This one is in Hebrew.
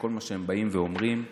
כשכל מה שהם באים ואומרים זה,